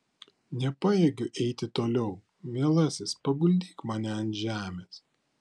nepajėgiu eiti toliau mielasis paguldyk mane ant žemės